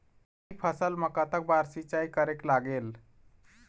राई फसल मा कतक बार सिचाई करेक लागेल?